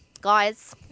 guys